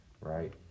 right